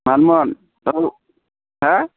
मानोमोन औ हा